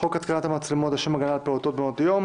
חוק התקנת מצלמות לשם הגנה על פעוטות במעונות יום